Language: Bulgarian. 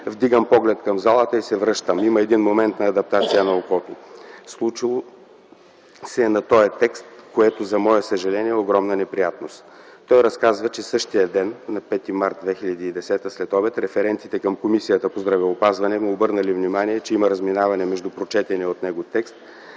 вдигам поглед към залата и се връщам. Има един момент на адаптация на окото. Случило се е на тоя текст, което, за мое съжаление, е огромна неприятност.” Той разказа, че същия ден – на 5 март 2010 г. следобед, референтите към Комисията по здравеопазване му обърнали внимание, че има разминаване между прочетения от него текст